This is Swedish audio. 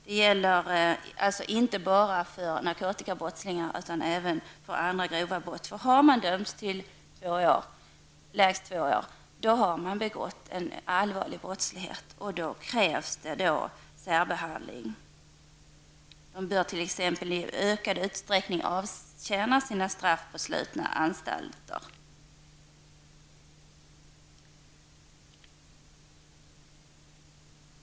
Det gäller alltså inte bara för narkotikabrottslingar utan även andra som har begått grövre brott. Har man dömts till minst två års fängelse har man begått ett allvarligt brott. Då krävs det också särbehandling. Man bör t.ex. i ökad utsträckning avtjäna sina straff på sluten anstalt.